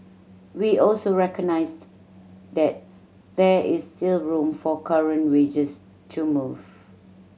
we also recognised that there is still room for current wages to move